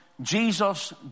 Jesus